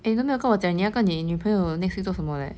eh 你都没有跟我讲你要跟你女朋友 next week 做什么 leh